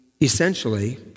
essentially